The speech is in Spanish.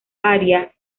aria